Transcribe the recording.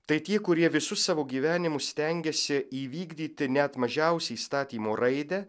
tai tie kurie visu savo gyvenimu stengiasi įvykdyti net mažiausią įstatymo raidę